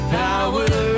power